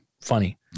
Funny